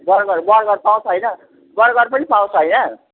burger burger पाउँछ होइन burger पनि पाउँछ होइन